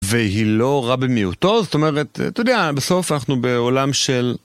והיא לא רע במיעוטו, זאת אומרת, אתה יודע, בסוף אנחנו בעולם של...